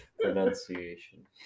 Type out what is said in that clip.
Pronunciation